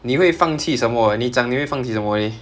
你会放弃什么你讲你会放弃什么 leh